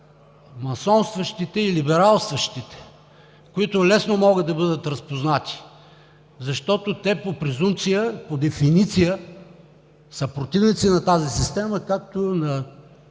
масонстващите и либералстващите, които лесно могат да бъдат разпознати, защото по презумпция, по дефиниция са противници на тази система, както и